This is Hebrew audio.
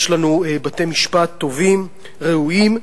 יש לנו בתי-משפט טובים, ראויים.